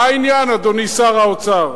אדוני שר האוצר,